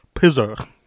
Pizza